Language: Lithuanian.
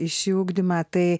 į šį ugdymą tai